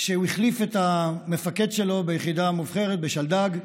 שהוא החליף את המפקד שלו ביחידה מובחרת, בשלדג,